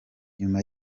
nyuma